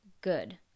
good